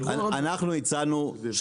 יש